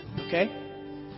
Okay